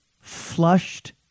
flushed